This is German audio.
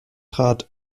trat